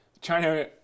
China